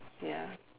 ya